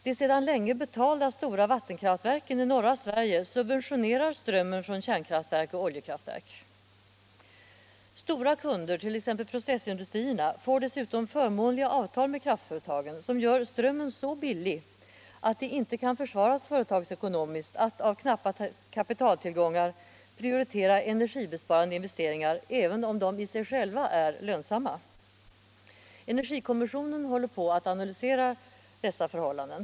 De sedan länge betalda stora vattenkraftverken i norra Sverige subventionerar strömmen från kärnkraftoch oljekraftverk. Stora kunder, t.ex. processindustrierna, får dessutom förmånliga avtal med kraftföretagen, som gör strömmen så billig att det inte kan försvaras företagsekonomiskt att av knappa kapitaltillgångar prioritera energibesparande investeringar, även om de i sig själva är lönsamma. Energikommissionen håller på att analysera dessa förhållanden.